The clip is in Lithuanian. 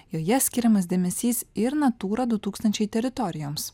joje skiriamas dėmesys ir natūra du tūkstančiai teritorijoms